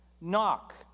knock